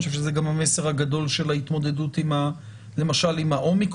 אני חושב שזה גם המסר הגדול של ההתמודדות למשל עם ה-אומיקרון.